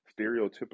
stereotypical